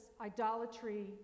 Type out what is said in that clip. idolatry